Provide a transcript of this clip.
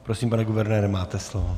Prosím, pane guvernére, máte slovo.